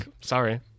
Sorry